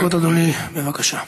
עשר דקות, אדוני, בבקשה.